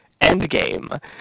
Endgame